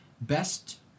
best